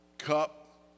cup